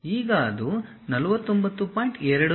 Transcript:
ಈಗ ಅದು 49